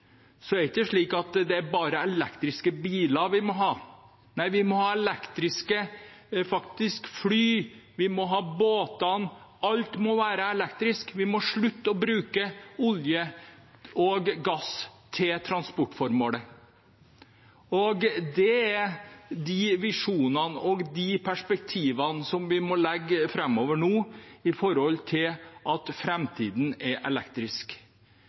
er det ikke bare elektriske biler vi må ha. Nei, vi må ha elektriske fly, vi må ha båter – alt må være elektrisk. Vi må slutte å bruke olje og gass til transportformål. Det er de visjonene og de perspektivene vi må legge framover nå med tanke på at framtiden er elektrisk.